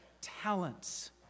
talents